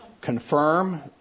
confirm